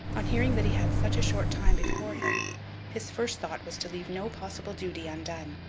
on hearing that he had such a short time before him his first thought was to leave no possible duty undone.